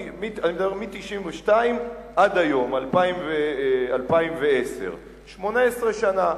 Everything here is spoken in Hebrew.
אני מדבר מ-1992 ועד היום, 2010. 18 שנה.